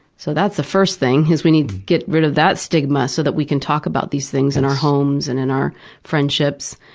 so that's the first thing we need to get rid of that stigma so that we can talk about these things in our homes and in our friendships.